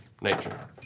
Nature